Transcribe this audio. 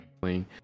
playing